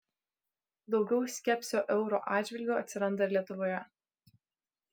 daugiau skepsio euro atžvilgiu atsiranda ir lietuvoje